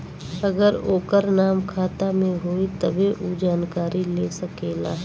अगर ओकर नाम खाता मे होई तब्बे ऊ जानकारी ले सकेला